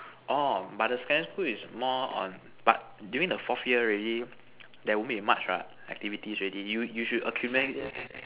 orh but the secondary school is more on but during the fourth year already there won't be much what activity already you you should accumulate